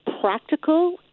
practical